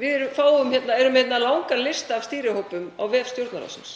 Við erum með langan lista af stýrihópum á vef Stjórnarráðsins.